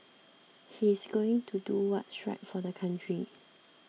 he's going to do what's right for the country